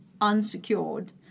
unsecured